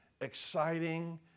exciting